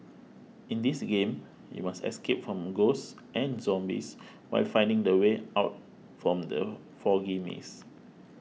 in this game you must escape from ghosts and zombies while finding the way out from the foggy maze